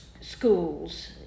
schools